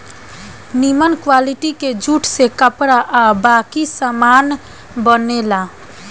निमन क्वालिटी के जूट से कपड़ा आ बाकी सामान बनेला